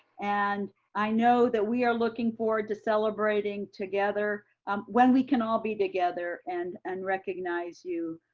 and i know that we are looking forward to celebrating together when we can all be together and and recognize you